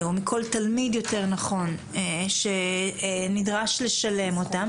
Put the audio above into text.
או מכל תלמיד יותר נכון, שנדרש לשלם אותם.